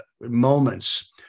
moments